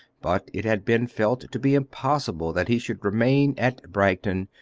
but it had been felt to be impossible that he should remain at bragton,